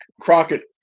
Crockett